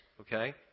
okay